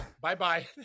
bye-bye